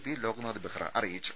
P Loknath Behera അറി യിച്ചു